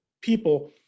people